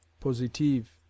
positive